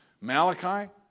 Malachi